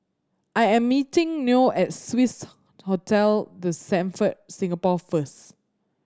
I am meeting Noe at Swissotel The Stamford Singapore first